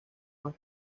más